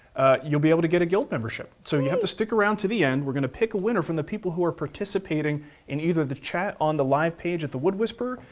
you'll be able to get a guild membership yay. so you'll have to stick around to the end. we're gonna pick a winner from the people who are participating in either the chat on the live page at the wood whisperer,